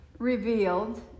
Revealed